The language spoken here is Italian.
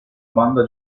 banda